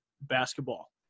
basketball